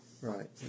Right